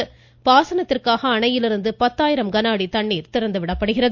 delta பாசனத்திற்காக அணையிலிருந்து பத்தாயிரம் கனஅடி தண்ணீர் திறந்து விடப்படுகிறது